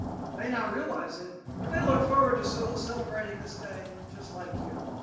you may not realize it, but they look forward to so celebrating this day just like you.